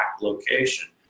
location